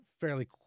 fairly